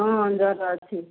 ହଁ ଜ୍ୱର ଅଛି